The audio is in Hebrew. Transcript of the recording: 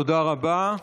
תודה רבה.